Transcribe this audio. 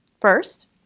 First